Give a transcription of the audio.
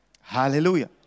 Hallelujah